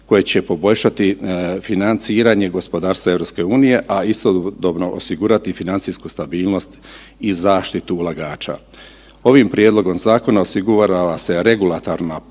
koje će poboljšati financiranje gospodarstva EU, a istodobno osigurati financijsku stabilnost i zaštitu ulagača. Ovim prijedlogom zakona osigurava se regulatorna platforma